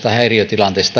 häiriötilanteissa